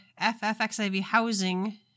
ffxivhousing